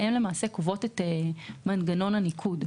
והן קובעות את מנגנון הניקוד.